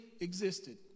existed